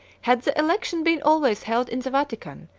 had the election been always held in the vatican,